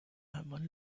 hermann